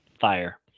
fire